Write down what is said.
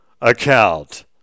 account